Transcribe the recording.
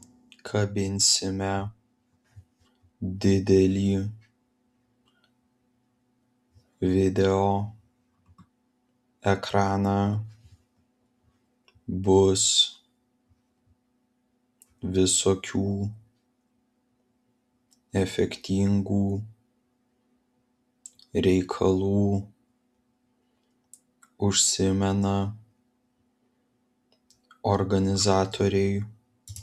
kabinsime didelį video ekraną bus visokių efektingų reikalų užsimena organizatoriai